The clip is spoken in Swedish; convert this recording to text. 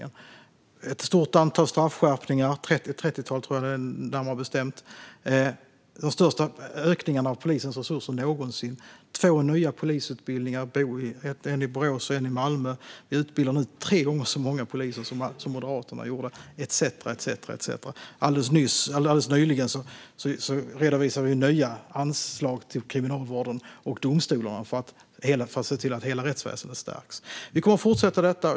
Det är ett stort antal straffskärpningar. Jag tror närmare bestämt att det är ett trettiotal. Det är den största ökningen av polisens resurser någonsin. Det är två nya polisutbildningar, en i Borås och en i Malmö. Vi utbildar nu tre gånger så många poliser som Moderaterna gjorde etcetera, etcetera, etcetera. Alldeles nyligen redovisade vi nya anslag till kriminalvården och domstolarna för att se till att hela rättsväsendet stärks. Vi kommer att fortsätta med detta.